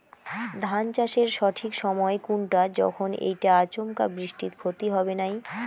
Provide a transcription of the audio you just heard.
ধান চাষের সঠিক সময় কুনটা যখন এইটা আচমকা বৃষ্টিত ক্ষতি হবে নাই?